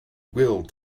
will